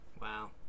wow